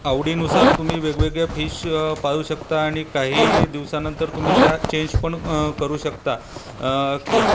आवडीनुसार तुम्ही वेगवेगळ्या फिश पाळू शकता आणि काही दिवसानंतर तुम्ही त्या चेंज पण करू शकता